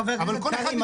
חבר הכנסת קריב,